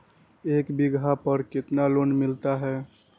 एक बीघा पर कितना लोन मिलता है?